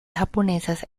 japonesas